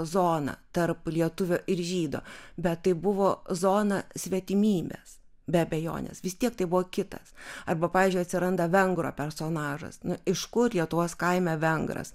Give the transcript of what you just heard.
zona tarp lietuvio ir žydo bet tai buvo zona svetimybės be abejonės vis tiek tai buvo kitas arba pavyzdžiui atsiranda vengro personažas iš kur lietuvos kaime vengras